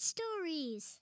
Stories